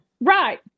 Right